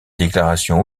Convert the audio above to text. déclaration